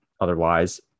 otherwise